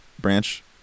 Branch